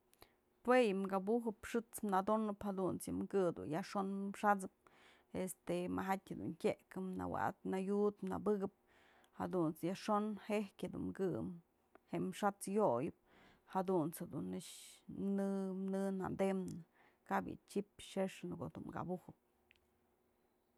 Jue yë këbu'ujëp xë'ëts nadonëp jadunt's yëm kë yajxon xat'sëp, este majatyë jedun tyëkë, nawa'atëp nayud nabëkëp jadunt's yajxon je'ijk jedun mkë, jem xat's yoyëp jadunt's jedun nëkxë në nëdemnë, kap yë chyp xëxë në ko'o dun kabujëp.